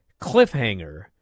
cliffhanger